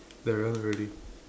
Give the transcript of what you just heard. that one really